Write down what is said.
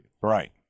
Right